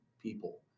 people